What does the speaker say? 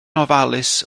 ofalus